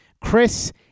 Chris